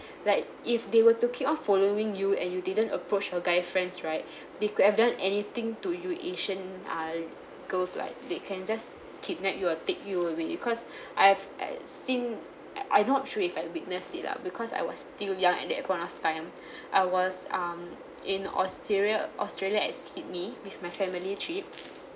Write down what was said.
like if they were to keep on following you and you didn't approach your guy friends right they could have done anything to you asian uh girls like they can just kidnap you or take away because I've I seen I not sure if I witnessed it lah because I was still young at that point of time I was um in australia australia at sydney with my family trip